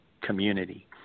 community